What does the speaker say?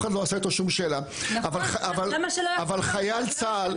אבל חייל צה"ל --- נכון.